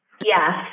Yes